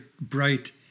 bright